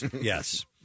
yes